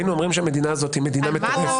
היינו אומרים שהמדינה הזאת היא מדינה מטורפת.